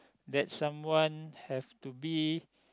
that someone have to be